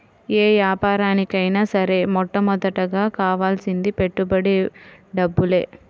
యే యాపారానికైనా సరే మొట్టమొదటగా కావాల్సింది పెట్టుబడి డబ్బులే